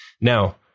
Now